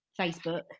Facebook